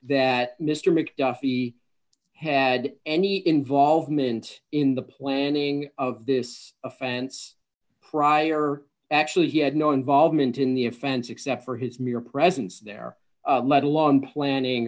mcduffee had any involvement in the planning of this offense prior actually he had no involvement in the offense except for his mere presence there let alone planning